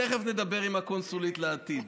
תכף נדבר עם הקונסולית לעתיד.